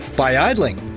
by idling.